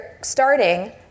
starting